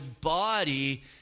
body